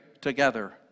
together